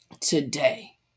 today